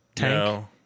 No